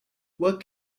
work